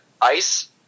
ice